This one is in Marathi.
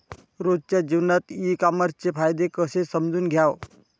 रोजच्या जीवनात ई कामर्सचे फायदे कसे समजून घ्याव?